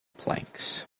planks